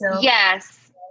Yes